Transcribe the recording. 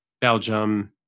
Belgium